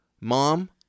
Mom